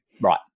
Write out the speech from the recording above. Right